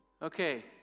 Okay